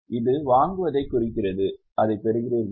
இது வாங்குவதைக் குறிக்கிறது அதைப் பெறுகிறீர்களா